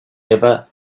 ever